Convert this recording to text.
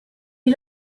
you